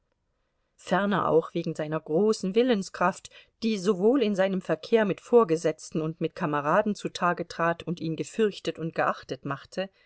ferner auch wegen seiner großen willenskraft die sowohl in seinem verkehr mit vorgesetzten und mit kameraden zutage trat und ihn gefürchtet und geachtet machte